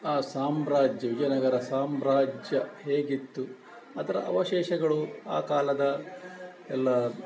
ಆ ಸಾಮ್ರಾಜ್ಯ ವಿಜಯನಗರ ಸಾಮ್ರಾಜ್ಯ ಹೇಗಿತ್ತು ಅದರ ಅವಶೇಷಗಳು ಆ ಕಾಲದ ಎಲ್ಲ